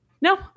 No